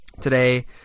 today